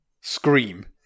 Scream